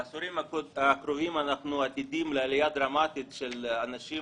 בעשורים הקרובים אנחנו עתידים לראות עלייה דרמטית של אנשים